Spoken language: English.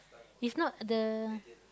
he's not the